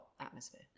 atmosphere